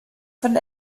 von